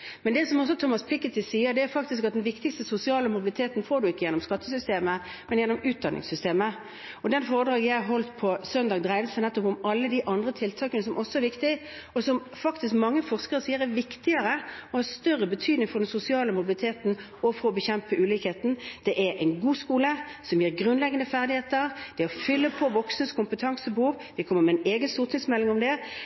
Men det som Thomas Piketty også sier, er faktisk at den viktigste sosiale mobiliteten får man ikke gjennom skattesystemet, men gjennom utdanningssystemet, og det foredraget jeg holdt på søndag, dreide seg nettopp om alle de andre tiltakene som også er viktige, og som faktisk mange forskere sier er viktigere og har større betydning for den sosiale mobiliteten og for å bekjempe ulikheter: Det er en god skole som gir grunnleggende ferdigheter, det er å fylle på voksnes kompetansebehov